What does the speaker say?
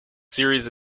series